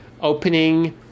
opening